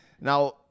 Now